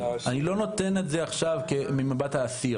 אני לא נותן את זה עכשיו ממבט האסיר.